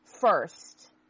first